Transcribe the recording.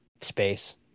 space